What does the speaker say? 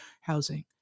housing